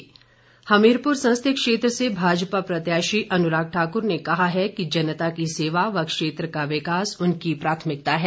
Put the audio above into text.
अनुराग ठाकर हमीरपुर संसदीय क्षेत्र से भाजपा प्रत्याशी अनुराग ठाकुर ने कहा है कि जनता की सेवा व क्षेत्र का विकास उनकी प्राथमिकता है